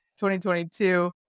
2022